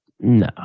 No